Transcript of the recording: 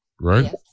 right